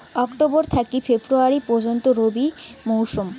October থাকি February পর্যন্ত রবি মৌসুম